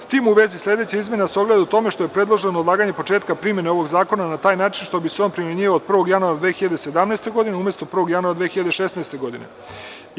S tim u vezi, sledeća izmena se ogleda u tome što je predloženo odlaganje početka primene ovog zakona na taj način što bi se on primenjivao od 1. januara 2017. godine, umesto 1. januara 2016. godine.